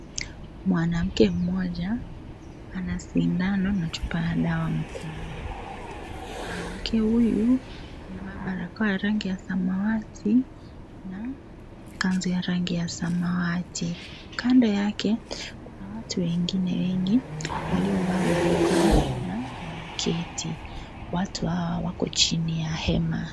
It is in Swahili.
Mwanamke mmoja ana sindano na chupa ya dawa mkononi. Mwanamke huyu amevaa barakoa ya rangi ya samawati na kanzu ya rangi ya samawati. Kando yake kuna watu wengine wengi waliovaa barakoa na wameketi. Watu hawa wako chini ya hema.